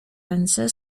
ręce